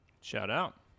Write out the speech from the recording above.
Shout-out